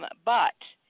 um but